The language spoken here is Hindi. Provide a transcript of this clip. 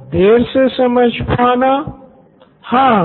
का व्यापक विश्लेषण कर लिया है जिनसे हमने शुरुआत की थी